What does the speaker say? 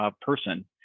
person